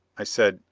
i said,